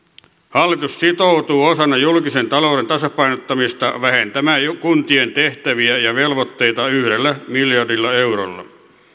hallitus sitoutuu osana julkisen talouden tasapainottamista vähentämään kuntien tehtäviä ja velvoitteita yhdellä miljardilla eurolla